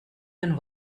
than